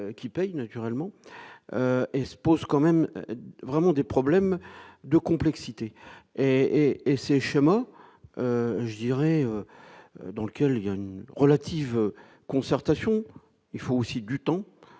qui paye naturellement et se pose quand même vraiment des problèmes de complexité et et chemins, je dirais, dans lequel il y a une relative concertation, il faut aussi du temps